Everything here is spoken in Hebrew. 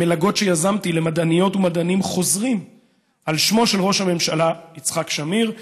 מלגות שיזמתי למדעניות ומדענים חוזרים על שמו של ראש הממשלה יצחק שמיר.